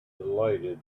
delighted